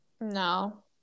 No